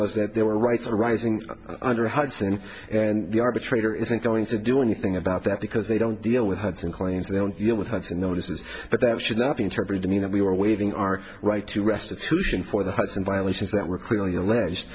was that there were rights arising under hudson and the arbitrator isn't going to do anything about that because they don't deal with hudson claims they don't deal with ice and notices but that should not be interpreted to mean that we were waving our right to restitution for the hudson violations that were clearly alleged